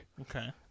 Okay